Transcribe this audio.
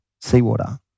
seawater